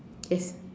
yes